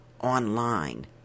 online